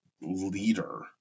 leader